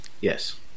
yes